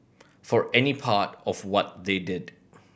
for any part of what they did